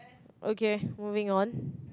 okay moving on